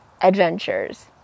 adventures